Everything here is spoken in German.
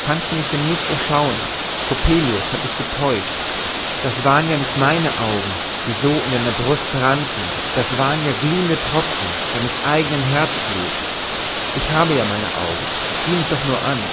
kannst du mich denn nicht erschauen coppelius hat dich getäuscht das waren ja nicht meine augen die so in deiner brust brannten das waren ja glühende tropfen deines eignen herzbluts ich habe ja meine augen sieh mich doch nur an